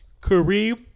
Kareem